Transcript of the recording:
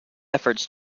efforts